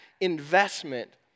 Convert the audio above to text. investment